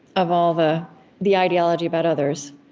of all the the ideology about others.